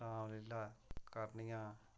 रामलीला करनियां